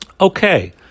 Okay